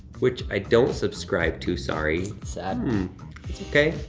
which i don't subscribe to, sorry. sad. and it's okay,